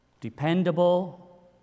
dependable